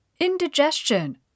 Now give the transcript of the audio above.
Indigestion